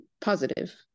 positive